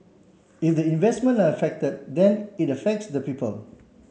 if the investments are affected then it affects the people